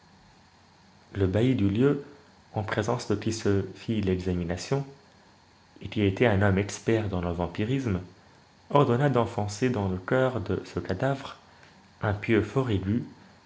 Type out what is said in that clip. le bailly du lieu en présence de qui se fit l'exhumation et qui était un homme expert dans le vampirisme ordonna d'enfoncer dans le coeur de ce cadavre un pieu fort aigu